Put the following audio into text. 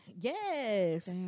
yes